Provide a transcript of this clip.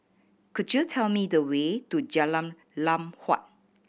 could you tell me the way to Jalan Lam Huat